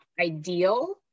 ideal